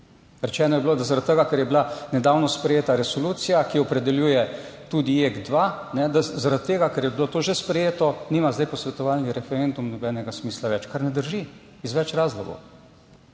Rečeno je bilo, da zaradi tega, ker je bila nedavno sprejeta resolucija, ki opredeljuje tudi Jek 2, da zaradi tega, ker je bilo to že sprejeto, nima zdaj posvetovalni referendum nobenega smisla več, kar ne drži iz več razlogov.